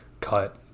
cut